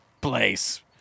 place